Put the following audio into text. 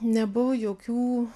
nebuvo jokių